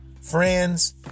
Friends